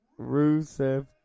Rusev